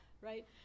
right